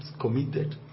committed